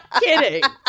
kidding